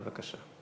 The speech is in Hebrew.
בבקשה.